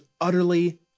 utterly